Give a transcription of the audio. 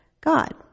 God